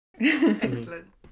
Excellent